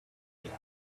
asked